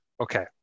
okay